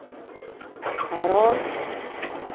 Bharat